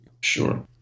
Sure